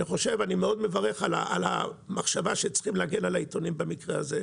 אני מאוד מברך על המחשבה שצריכים להגן על העיתונים במקרה הזה.